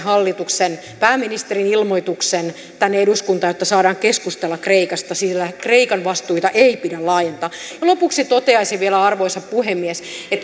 pääministerin ilmoituksen tänne eduskuntaan jotta saadaan keskustella kreikasta sillä kreikan vastuita ei pidä laajentaa lopuksi toteaisin vielä arvoisa puhemies että